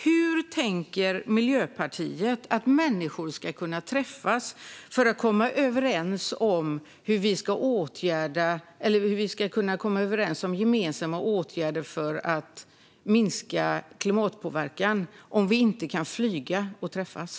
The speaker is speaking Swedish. Hur tänker Miljöpartiet att människor ska kunna träffas för att komma överens om gemensamma åtgärder för att minska klimatpåverkan om de inte kan flyga och träffas?